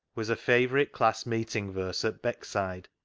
was a favourite class-meeting verse at beck side,